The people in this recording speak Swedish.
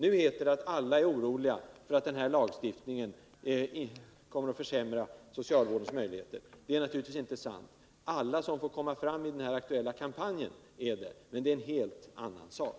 Det heter vidare att alla är oroliga för att den här lagstiftningen kommer att försämra socialvårdens möjligheter. Det är givetvis inte sant. Alla som får komma till tals i den aktuella kampanjen är naturligtvis oroliga för det, men det är en helt annan sak.